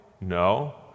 No